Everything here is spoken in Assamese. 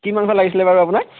কি মাংস লাগছিলে বাৰু আপোনাক